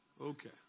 Okay